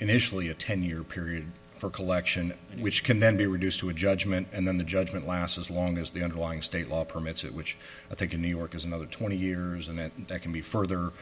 initially a ten year period for collection which can then be reduced to a judgment and then the judgment last as long as the underlying state law permits it which i think in new york is another twenty years and it can be further